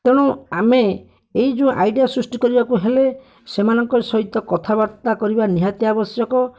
ତେଣୁ ଆମେ ଏହି ଯେଉଁ ଆଇଡ଼ିଆ ସୃଷ୍ଟି କରିବାକୁ ହେଲେ ସେମାନଙ୍କ ସହିତ କଥାବାର୍ତ୍ତା କରିବା ନିହାତି ଆବଶ୍ୟକ